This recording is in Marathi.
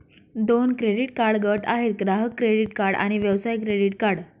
दोन क्रेडिट कार्ड गट आहेत, ग्राहक क्रेडिट कार्ड आणि व्यवसाय क्रेडिट कार्ड